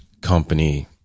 company